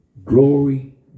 Glory